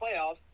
playoffs